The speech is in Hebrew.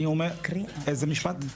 איזה משפט?